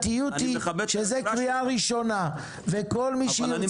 שזאת קריאה ראשונה -- אני מכבד את היושרה שלך.